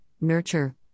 nurture